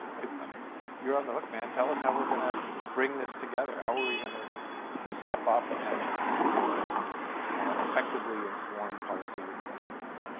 um you are on the hook man, tell us how we are going to bring this together. how are we going to step up and more effectively and inform policy with what we know?